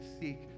seek